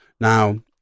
Now